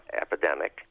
epidemic